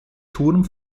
turm